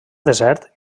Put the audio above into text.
desert